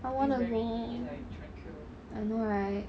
I wanna go I know right